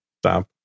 stop